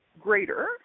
greater